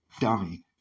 dummy